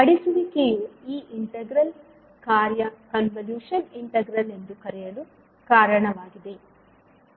ಮಡಿಸುವಿಕೆಯು ಈ ಇಂಟಿಗ್ರಲ್ ಕಾರ್ಯ convolution integral ಎಂದು ಕರೆಯಲು ಕಾರಣವಾಗಿದೆ